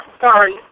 Sorry